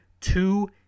two